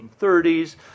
1930s